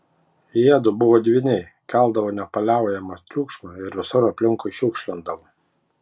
jiedu buvo dvyniai keldavo nepaliaujamą triukšmą ir visur aplinkui šiukšlindavo